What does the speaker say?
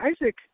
Isaac